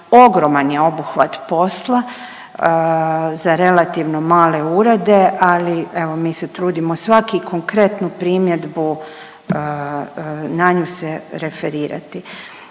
ogroman je obuhvat posla za relativno male urede, ali evo mi se trudimo svaki konkretnu primjedbu na nju se referirati.